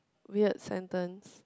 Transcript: weird sentence